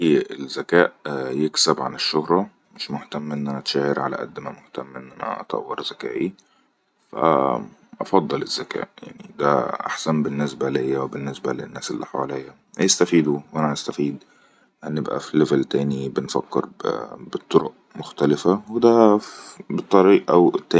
الزكاء يكسب عن الشهرة مش مهتم اننا اتشهر على أد ما مهتم اننا نطور زكائي فأفضل الزكاء ده أحسن بالنسبة لي و بالنسبة للناس اللي حوليا يستفيدوا و أنا أستفيد هنبئى في لفل تاني بنفكر بالطرء مختلفة و ده بالطريأة أو التاني